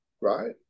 right